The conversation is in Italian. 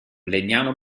legnano